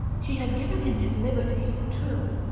she had given him his liberty true,